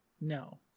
no